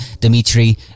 dimitri